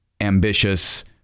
ambitious